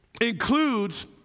includes